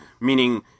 meaning